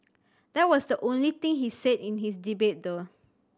that was the only thing he's said in his debate though